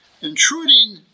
intruding